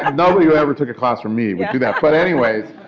um nobody who ever took a class from me would do that. but anyways,